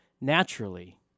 naturally